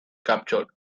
captured